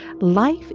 Life